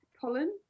pollen